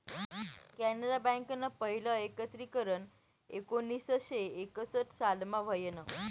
कॅनरा बँकनं पहिलं एकत्रीकरन एकोणीसशे एकसठ सालमा व्हयनं